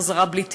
חזרה בלי תינוק.